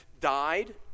died